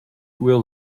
will